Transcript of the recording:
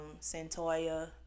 Santoya